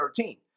13